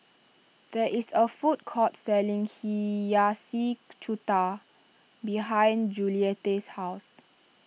there is a food court selling Hiyashi Chuka behind Juliette's house